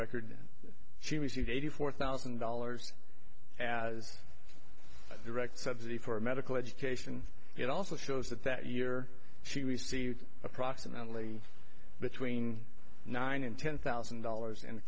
record she was you eighty four thousand dollars as a direct subsidy for medical education it also shows that that year she received approximately between nine and ten thousand dollars